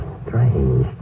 strange